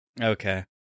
Okay